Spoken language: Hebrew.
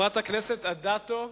חברת הכנסת רחל אדטו.